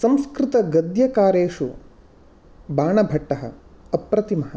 संस्कृतगद्यकारेषु बाणभट्टः अप्रतिमः